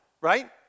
right